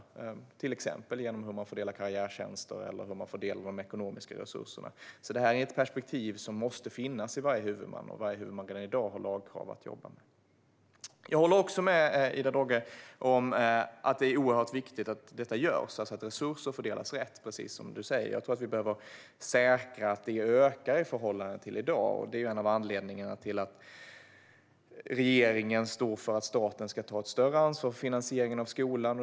Det handlar till exempel om hur man fördelar karriärtjänster eller hur man fördelar de ekonomiska resurserna. Det är alltså ett perspektiv som måste finnas hos varje huvudman, och varje huvudman har i dag ett lagkrav på sig att jobba med detta. Jag håller också med dig om att det är oerhört viktigt att detta görs, Ida Drougge, alltså att resurser - precis som du säger - fördelas rätt. Jag tror att vi behöver säkra att det ökar i förhållande till i dag, och det är en av anledningarna till att regeringen står för att staten ska ta ett större ansvar för finansieringen av skolan.